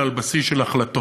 אלא על בסיס של החלטות.